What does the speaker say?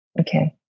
Okay